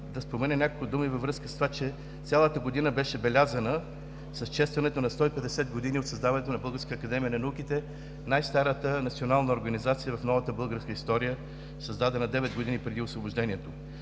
да спомена няколко думи във връзка с това, че цялата година беше белязана с честването на 150 години от създаването на Българската академия на науките – най-старата национална организация в новата българска история, създадена девет години преди Освобождението.